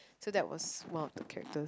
so that was one of the characters